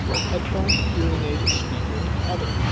headphone hearing aid, speaker, and other.